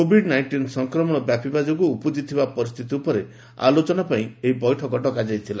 Covid nineteen ସଫକମଣ ବ୍ୟାପିବା ଯୋଗୁଁ ଉପ୍ରକିଥିବା ପରିସ୍ଥିତି ଉପରେ ଆଲୋଚନା ପାଇଁ ଏହି ବୈଠକ ଡକାଯାଇଥିଲା